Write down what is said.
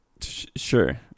Sure